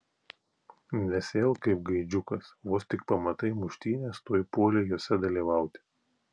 nesielk kaip gaidžiukas vos tik pamatai muštynes tuoj puoli jose dalyvauti